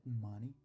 money